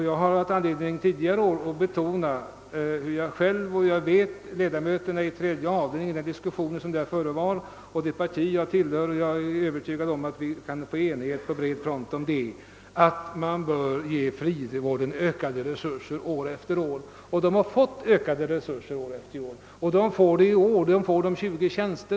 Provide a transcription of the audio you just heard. Jag har tidigare år haft anledning att betona att jag själv och som jag vet även ledamöterna i statsutskottets tredje avdelning i den diskussion, som där förevarit, liksom det parti jag till hör — och jag är övertygad om att vi där kan få en enighet på bred front om detta — ansett att man bör ge frivår den ökade resurser år efter år. Detta har också skett, och frivården får i år 20 nya tjänster.